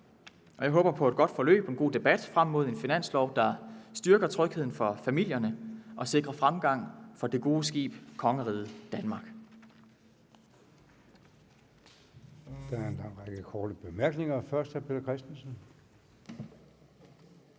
og jeg håber på et godt forløb og en god debat frem mod en finanslov, der styrker trygheden for familierne og sikrer fremgang for det gode skib »Kongeriget Danmark«.